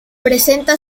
presenta